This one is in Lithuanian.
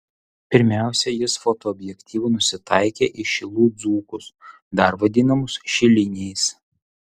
pirmiausia jis fotoobjektyvu nusitaikė į šilų dzūkus dar vadinamus šiliniais